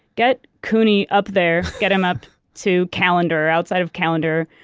get couney up there. get him up to callander. outside of callander,